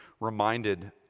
reminded